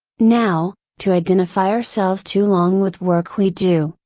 now, to identify ourselves too long with work we do,